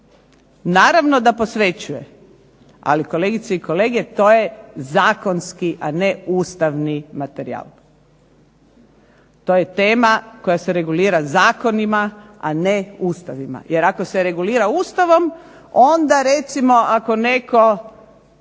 Naravno da posvećuje, ali kolegice i kolege to je zakonski, a ne ustavni materijal. To je tema koja se regulira zakonima, a ne ustavima. Jer ako se regulira Ustavom onda recimo ako netko